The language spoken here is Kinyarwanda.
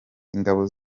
ingabo